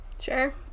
Sure